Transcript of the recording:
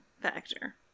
factor